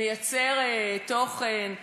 מייצר תוכן,